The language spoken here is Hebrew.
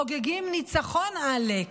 חוגגים ניצחון עלק,